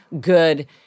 good